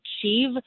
achieve